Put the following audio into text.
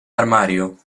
armario